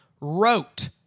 wrote